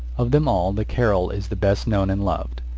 of them all the carol is the best known and loved,